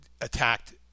attacked